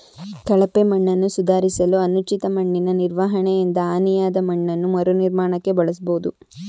ಕಳಪೆ ಮಣ್ಣನ್ನು ಸುಧಾರಿಸಲು ಅನುಚಿತ ಮಣ್ಣಿನನಿರ್ವಹಣೆಯಿಂದ ಹಾನಿಯಾದಮಣ್ಣನ್ನು ಮರುನಿರ್ಮಾಣಕ್ಕೆ ಬಳಸ್ಬೋದು